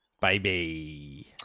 baby